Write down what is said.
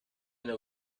know